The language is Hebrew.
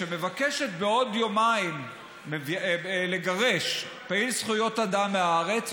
שמבקשת בעוד יומיים לגרש פעיל זכויות אדם מהארץ,